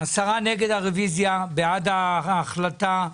נגד הרביזיה, בעד ההחלטה,